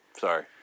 sorry